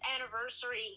anniversary